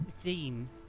Dean